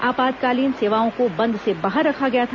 आपातकालीन सेवाओं को बंद से बाहर रखा गया था